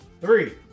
Three